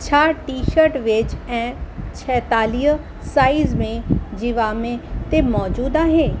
छा T shirt बेज ऐं छहतालीह साइज़ में जिवामे ते मौज़ूद आहे